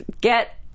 get